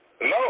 No